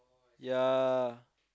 ya